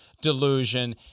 delusion